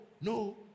no